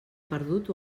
perdut